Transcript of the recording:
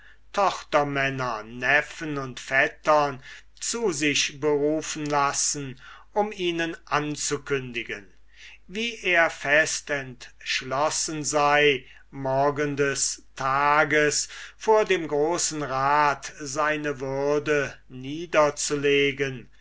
tochtermänner neffen und vettern zu sich berufen lassen um ihnen anzukündigen was gestalten er fest entschlossen sei morgenden tages vor dem großen rat seine würde niederzulegen